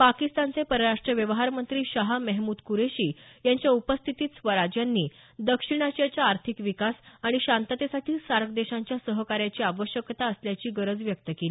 पाकिस्तानचे परराष्ट व्यवहार मंत्री शाह मेहमूद कुरेशी यांच्या उपस्थितीत स्वराज यांनी दक्षिण आशियाच्या आर्थिक विकास आणि शांततेसाठी सार्क देशांच्या सहाकाऱ्याची आवश्यकता असल्याची गरज व्यक्त केली